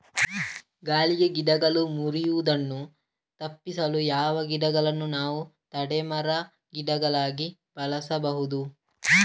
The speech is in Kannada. ಗಾಳಿಗೆ ಗಿಡಗಳು ಮುರಿಯುದನ್ನು ತಪಿಸಲು ಯಾವ ಗಿಡಗಳನ್ನು ನಾವು ತಡೆ ಮರ, ಗಿಡಗಳಾಗಿ ಬೆಳಸಬಹುದು?